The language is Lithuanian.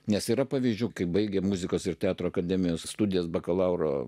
nes yra pavyzdžių kai baigė muzikos ir teatro akademijos studijas bakalauro